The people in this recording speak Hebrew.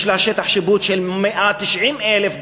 יש לה שטח שיפוט של 190,000 דונם,